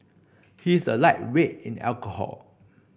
he is a lightweight in the alcohol